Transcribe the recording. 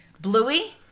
Bluey